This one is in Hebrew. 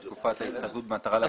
בתקופת ההתחייבות במטרה להימנע מהפרות.